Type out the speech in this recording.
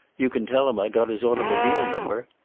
you can tell him i got his automobile number.